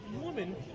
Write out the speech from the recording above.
woman